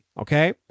okay